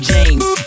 James